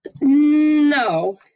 No